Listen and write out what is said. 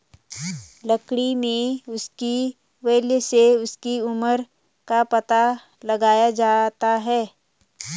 लकड़ी में उसकी वलय से उसकी उम्र का पता लगाया जाता है